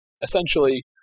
Essentially